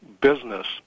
business